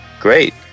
Great